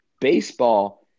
baseball